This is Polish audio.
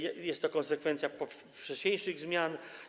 Jest to konsekwencja wcześniejszych zmian.